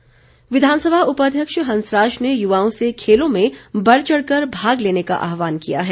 हंसराज विधानसभा उपाध्यक्ष हंसराज ने युवाओं से खेलों में बढ़ चढ़कर भाग लेने का आहवान किया है